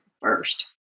first